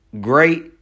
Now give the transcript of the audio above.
great